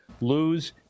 lose